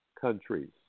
countries